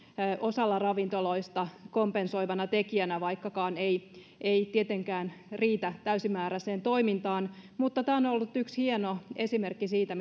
osalla ravintoloista kompensoivana tekijänä vaikkakaan ei ei tietenkään riitä täysimääräiseen toimintaan mutta tämä on ollut yksi hieno esimerkki siitä